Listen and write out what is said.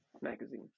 Magazine